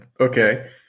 Okay